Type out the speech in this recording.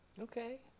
Okay